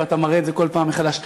ואתה מראה את זה כל פעם מחדש.